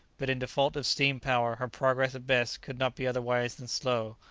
but in default of steam power her progress at best could not be otherwise than slow.